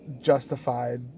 justified